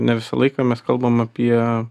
ne visą laiką mes kalbam apie